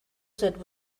that